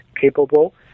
capable